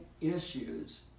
issues